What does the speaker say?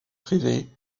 privé